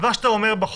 מה שאתה אומר,